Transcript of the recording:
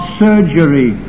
surgery